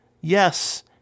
Yes